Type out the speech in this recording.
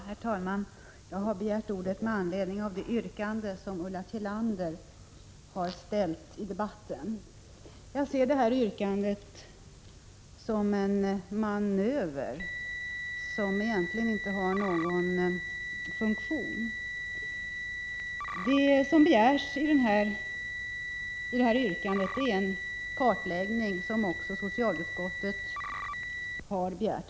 Herr talman! Jag har begärt ordet med anledning av det yrkande som Ulla Tillander har framställt under debatten. Jag ser detta yrkande som en manöver som egentligen inte har någon funktion. Det som begärs i yrkandet är en kartläggning som också socialutskottet har förordat.